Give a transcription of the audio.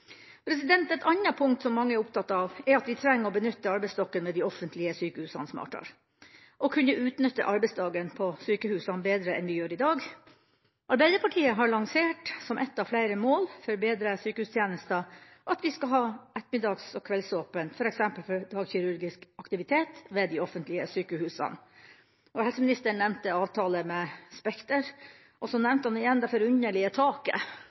Et annet punkt som mange er opptatt av, er at vi trenger å benytte arbeidsstokken ved de offentlige sykehusene smartere og kunne utnytte arbeidsdagen på sykehusene bedre enn det vi gjør i dag. Arbeiderpartiet har lansert som ett av flere mål for bedre sykehustjenester at vi skal ha ettermiddags- og kveldsåpent f.eks. for dagkirurgisk aktivitet ved de offentlige sykehusene. Helseministeren nevnte avtalen med Spekter, og så nevnte han igjen det forunderlige taket